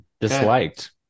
Disliked